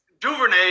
Duvernay